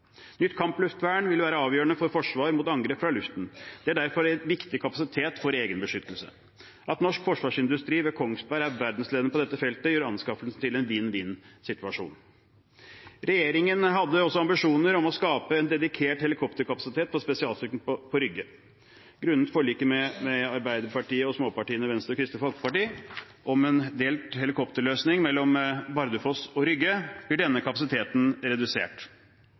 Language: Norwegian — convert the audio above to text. Nytt kampluftvern vil være avgjørende for forsvar mot angrep fra luften. Det er derfor en viktig kapasitet for egen beskyttelse. At norsk forsvarsindustri ved Kongsberg er verdensledende på dette feltet, gjør anskaffelsen til en vinn–vinn-situasjon. Regjeringen hadde også ambisjoner om å skape en dedikert helikopterkapasitet for spesialstyrkene på Rygge. Grunnet forliket med Arbeiderpartiet og småpartiene Venstre og Kristelig Folkeparti om en delt helikopterløsning mellom Bardufoss og Rygge blir denne kapasiteten redusert.